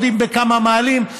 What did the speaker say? יודעים בכמה מעלים,